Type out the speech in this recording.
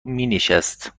مینشست